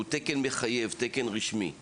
זהו תקן רשמי ומחייב.